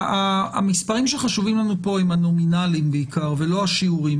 המספרים שחשובים לנו פה הם הנומינליים בעיקר ולא השיעוריים.